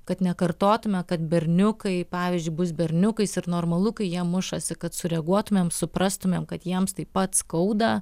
kad nekartotume kad berniukai pavyzdžiui bus berniukais ir normalu kai jie mušasi kad sureaguotumėm suprastumėm kad jiems taip pat skauda